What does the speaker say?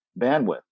bandwidth